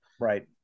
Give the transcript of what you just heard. Right